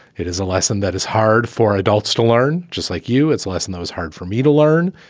it is a lesson that is hard for adults to learn. just like you, it's lesson those hard for me to learn.